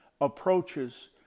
approaches